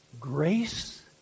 grace